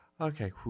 okay